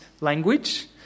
language